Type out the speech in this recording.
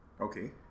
Okay